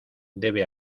debe